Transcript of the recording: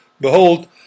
behold